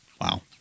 Wow